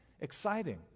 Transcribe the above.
exciting